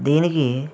దీనికి